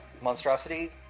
monstrosity